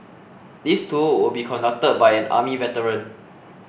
this tour will be conducted by an army veteran